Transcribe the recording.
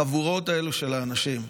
החבורות האלה של האנשים,